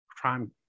crime